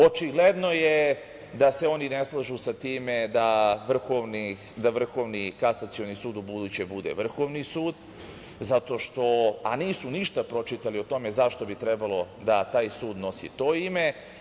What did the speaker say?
Očigledno je da se oni ne slažu sa time da Vrhovni kasacioni sud ubuduće bude Vrhovni sud, a nisu ništa pročitali o tome zašto bi trebalo da taj sud nosi to ime.